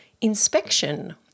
inspection